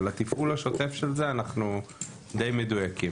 בתפעול השוטף של זה אנחנו די מדויקים.